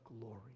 glory